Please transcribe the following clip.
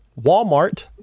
Walmart